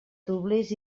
doblers